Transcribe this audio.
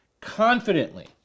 confidently